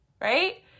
right